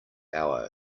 hour